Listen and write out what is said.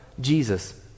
Jesus